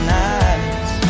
nights